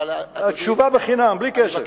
התשובה בחינם, בלי כסף.